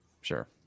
Sure